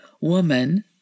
woman